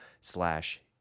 slash